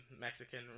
Mexican